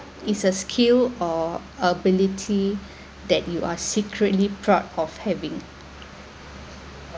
it's a skill or ability that you are secretly proud of having